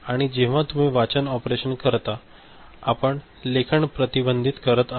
आणि जेव्हा तुम्ही वाचन ऑपरेशन करता आपण लेखन प्रतिबंधित करत आहात